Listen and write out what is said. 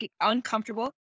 uncomfortable